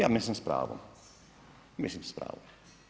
Ja mislim s pravom, mislim s pravom.